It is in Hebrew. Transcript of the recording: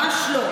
ממש לא.